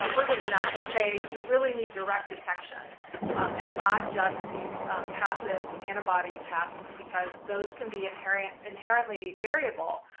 so further than that and say we really need direct detection and not just these passive antibody tests, because those can be inherently inherently variable,